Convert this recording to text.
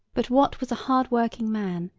but wat was a hard-working man,